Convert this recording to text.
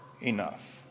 enough